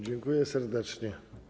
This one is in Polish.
Dziękuję serdecznie.